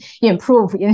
improve